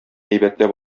әйбәтләп